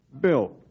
Bill